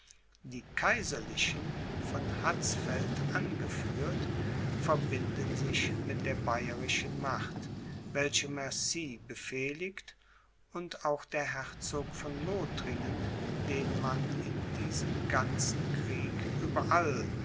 die kaiserlichen von hatzfeld angeführt verbinden sich mit der bayerischen macht welche mercy befehligt und auch der herzog von lothringen den man in diesem ganzen krieg überall